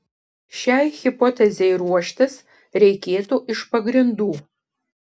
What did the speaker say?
šiai hipotezei ruoštis reikėtų iš pagrindų